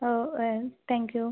ஓ ஆ தேங்க்யூ